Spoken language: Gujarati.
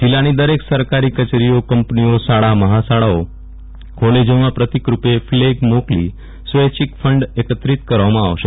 જિલ્લાની દરેક સરકારી કચેરીઓ કંપનીઓ શાળા મહાશાળાઓ કોલેજોમાં પ્રતિકરૂપે ફલેગ મોકલી સ્વેચ્છીક ફંડ એકત્રીત કરવામાં આવશે